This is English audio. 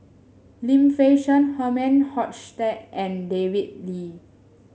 Lim Fei Shen Herman Hochstadt and David Lee